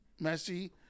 Messi